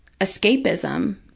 escapism